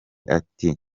ati